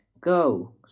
go